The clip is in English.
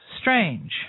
strange